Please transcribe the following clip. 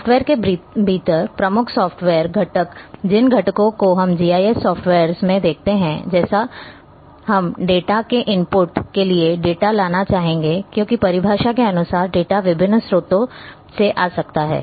software के भीतर प्रमुख सॉफ्टवेयर घटक जिन घटकों को हम जीआईएस सॉफ्टवेयर में देखते हैं जैसे हम डेटा के इनपुट के लिए डेटा लाना चाहेंगे क्योंकि परिभाषा के अनुसार डेटा विभिन्न स्रोतों से आ सकता है